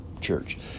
church